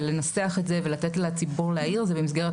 לנסח את זה ולתת לציבור להעיר זה במסגרת